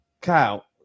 Kyle